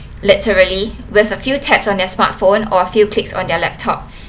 literally with a few taps on their smartphone or a few clicks on their laptop